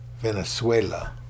Venezuela